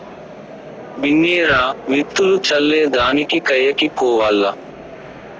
బిన్నే రా, విత్తులు చల్లే దానికి కయ్యకి పోవాల్ల